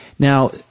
Now